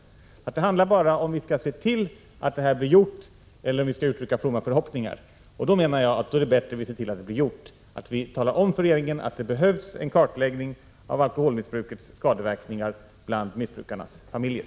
Det handlar bara om huruvida vi skall se till att en kartläggning kommer till stånd eller om vi skall uttala fromma förhoppningar. Jag menar att det är bättre att se till att det blir gjort, att vi talar om för regeringen att det behövs en kartläggning av alkoholmissbrukets skadeverkningar bland missbrukarnas familjer.